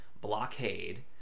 blockade